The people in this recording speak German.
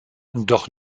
doch